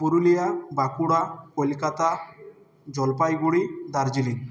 Purulia Bankura Kolkata Jalpaiguri Darjeeling